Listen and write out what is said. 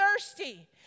thirsty